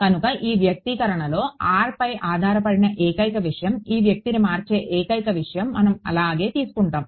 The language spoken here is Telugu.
కనుక ఈ వ్యక్తీకరణలో rపై ఆధారపడిన ఏకైక విషయం ఈ వ్యక్తిని మార్చే ఏకైక విషయం మనం అలాగే తీసుకుంటాము